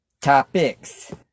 topics